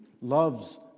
loves